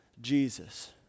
Jesus